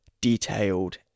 detailed